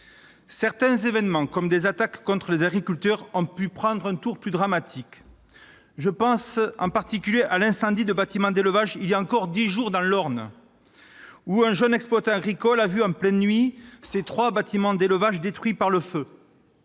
Certains évènements, comme des attaques contre les agriculteurs, ont pu prendre un tour plus dramatique. Je pense en particulier à l'incendie de bâtiments d'élevage, il y a encore dix jours, dans l'Orne, où un jeune exploitant agricole a vu, en pleine nuit, ses trois bâtiments d'élevage détruits par le feu.